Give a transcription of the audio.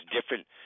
different